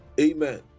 Amen